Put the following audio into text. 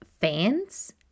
fans